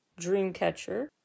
Dreamcatcher